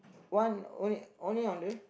one only only on the